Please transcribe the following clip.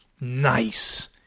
nice